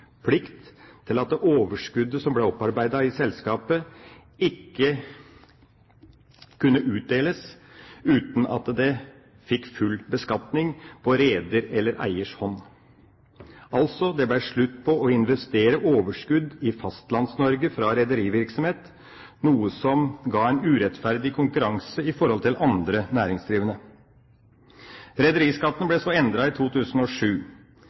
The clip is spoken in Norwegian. plikt til at overskuddet som ble opparbeidet i selskapet, ikke kunne utdeles, uten at det fikk full beskatning på reders eller eiers hånd. Altså ble det slutt på å investere overskudd i Fastlands-Norge fra rederivirksomhet, noe som ga en urettferdig konkurranse i forhold til andre næringsdrivende. Rederiskatten ble så endret i 2007,